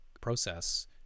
process